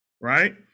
Right